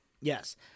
Yes